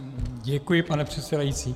Děkuji, pane předsedající.